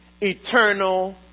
eternal